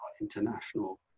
international